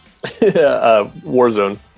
Warzone